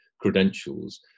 credentials